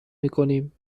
میکنیم